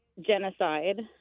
genocide